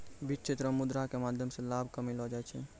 वित्तीय क्षेत्रो मे मुद्रा के माध्यमो से लाभ कमैलो जाय छै